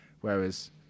Whereas